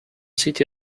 city